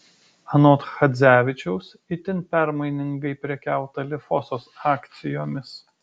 anot chadzevičiaus itin permainingai prekiauta lifosos akcijomis